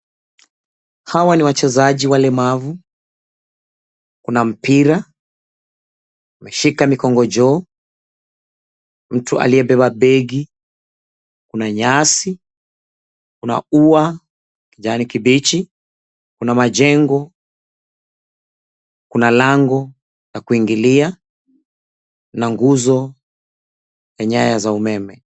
Hawa ni wachezaji walemavu. Kuna mpira, wameshika mikongojo, mtu aliyebeba begi, kuna nyasi, kuna ua kijani kibichi, kuna majengo, kuna lango la kuingilia na nguzo ya nyaya za umeme.